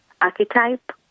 archetype